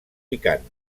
picant